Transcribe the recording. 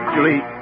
Julie